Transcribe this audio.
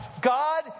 God